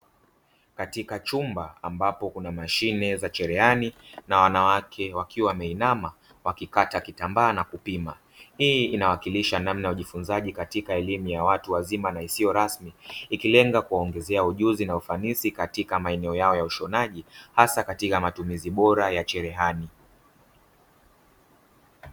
Katika chumba ambapo kuna mashine za cherehani na wanawake wakiwa wameinama wakikata kitambaa na kupima. Hii inawakilisha namna ya ujifunzaji katika elimu ya watu wazima isiyo rasmi ikilenga kuwaongezea ujuzi na ufanisi katika maeneo yao ya ushonaji hasa katika matumizi bora ya cherehani.